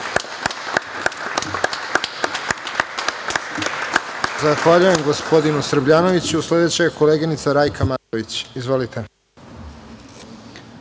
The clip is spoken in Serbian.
Zahvaljujem gospodinu Srbljanoviću. Sledeća je koleginica Rajka Matović. Izvolite.